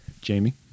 Jamie